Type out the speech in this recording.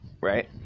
right